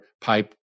pipe